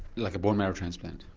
like a bone marrow transplant?